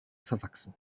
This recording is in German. verwachsen